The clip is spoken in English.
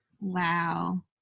Wow